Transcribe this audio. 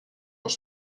noch